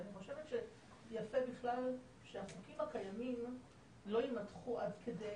אני חושבת שיפה בכלל שהחוקים הקיימים לא יימתחו עד כדי